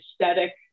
aesthetic